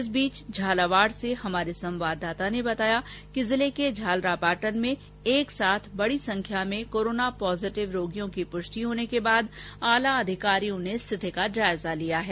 इस बीच झालावाड़ से हमारे संवाददाता ने बताया कि जिले के झालरापाटन में एक साथ बड़ी संख्या में कोरोना पॉजिटिव रोगियों की पुष्टि के बाद आला अधिकारियों ने स्थिति का जायजा लिया है